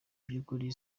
by’ukuri